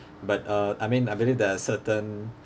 but uh I mean I believe there are certain